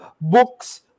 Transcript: books